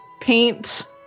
paint